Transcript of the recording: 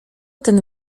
ten